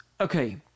okay